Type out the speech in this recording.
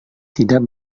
tidak